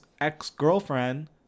ex-girlfriend